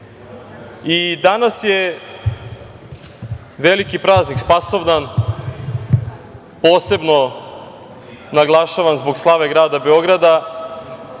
je veliki praznik, Spasovdan, posebno naglašavam zbog slave grada Beograda,